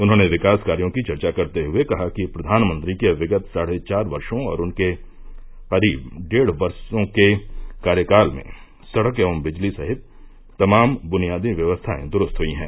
उन्होंने विकास कायों की चर्चा करते हुये कहा कि प्रघानमंत्री के विगत साढ़े चार वर्षो और उनके करीब ढ़ेड वर्षो के कार्यकाल में सड़क एवं बिजली सहित तमाम बुनियादी व्यवस्थायें द्रूस्त हयी हैं